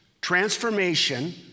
transformation